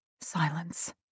Silence